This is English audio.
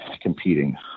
competing